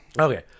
Okay